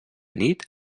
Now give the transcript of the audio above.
nit